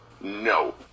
No